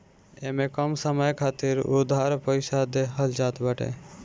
इमे कम समय खातिर उधार पईसा देहल जात बाटे